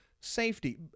Safety